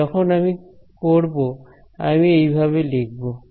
তাই যখন আমি করব আমি এইভাবে লিখব